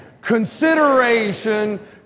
consideration